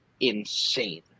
insane